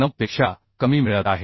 9 पेक्षा कमी मिळत आहे